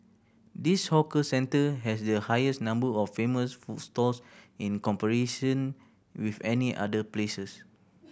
this hawker centre has the highest number of famous food stalls in with any other places